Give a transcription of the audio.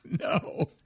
no